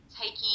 taking